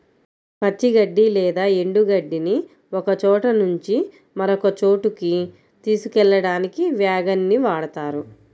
పచ్చి గడ్డి లేదా ఎండు గడ్డిని ఒకచోట నుంచి మరొక చోటుకి తీసుకెళ్ళడానికి వ్యాగన్ ని వాడుతారు